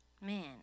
Man